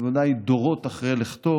בוודאי דורות אחרי לכתו,